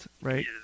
right